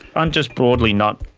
i'm just broadly not.